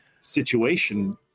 situation